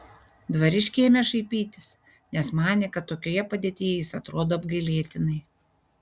dvariškiai ėmė šaipytis nes manė kad tokioje padėtyje jis atrodo apgailėtinai